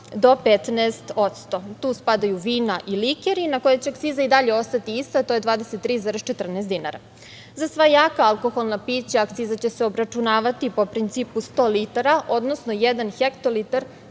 do 15%. Tu spadaju vina i likeri na koje će akcize i dalje ostati ista, a to je 23,14 dinara.Za sva jaka alkoholna pića akciza će se obračunavati po principu 100 litara, odnosno jedan hektolitar